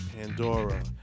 Pandora